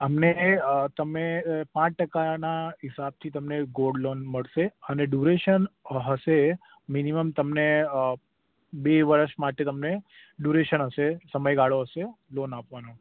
અમને તમે પાંચ ટકાના હિસાબથી તમને ગોડલોન મળશે અને ડુરેશન હશે મિનિમમ તમને બે વર્ષ માટે તમને ડુરેશન હશે સમયગાળો હશે લોન આપવાનો